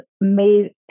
made